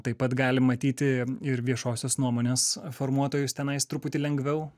taip pat gali matyti ir viešosios nuomonės formuotojus tenais truputį lengviau